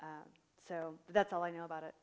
so that's all i know about it